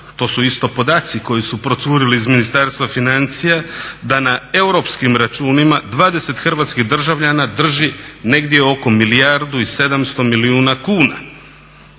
to su isto podaci koji su procurili iz Ministarstva financija da na europskim računima 20 hrvatskih državljana drži negdje oko 1 milijardu i 700 milijuna kuna.